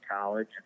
college